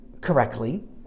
correctly